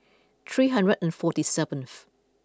three hundred and forty seventh